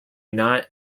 not